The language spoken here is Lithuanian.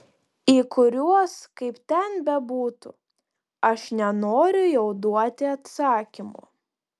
į kuriuos kaip ten bebūtų aš nenoriu jau duoti atsakymų